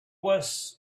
was